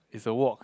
it's a walk